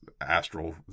astral